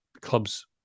clubs